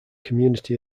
community